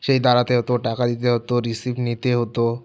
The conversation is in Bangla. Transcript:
সেই দাঁড়াতে হতো টাকা দিতে হতো রিসিভ নিতে হতো